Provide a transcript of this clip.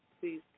Please